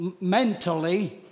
mentally